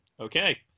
Okay